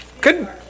Good